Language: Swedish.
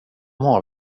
har